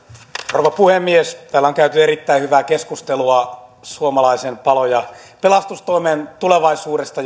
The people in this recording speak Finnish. rouva puhemies täällä on käyty erittäin hyvää keskustelua suomalaisen palo ja pelastustoimen tulevaisuudesta